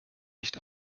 nicht